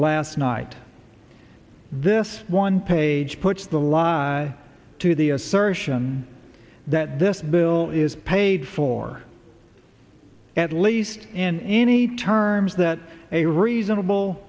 last night this one page puts the law to the assertion that this bill is paid for at least in any terms that a a reasonable